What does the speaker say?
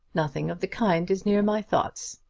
nothing of the kind is near my thoughts.